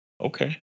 okay